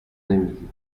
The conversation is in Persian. نمیگی